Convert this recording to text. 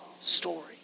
story